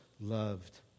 loved